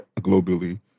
globally